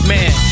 Man